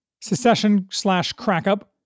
Secession-slash-crack-up